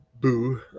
boo